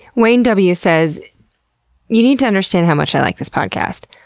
wayne w. says you need to understand how much i like this podcast.